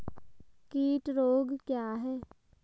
कीट रोग क्या है?